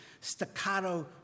staccato